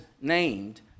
named